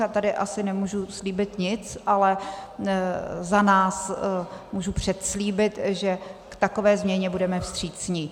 A tady asi už nemůžu slíbit nic, ale za nás můžu předslíbit, že k takové změně budeme vstřícní.